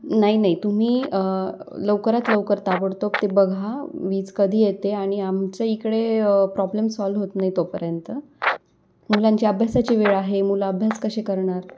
नाही नाही तुम्ही लवकरात लवकर ताबडतोब ते बघा वीज कधी येते आणि आमच्या इकडे प्रॉब्लेम सॉल्व होत नाही तोपर्यंत मुलांची अभ्यासाची वेळ आहे मुलं अभ्यास कसे करणार